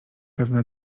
pewna